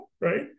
right